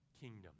kingdom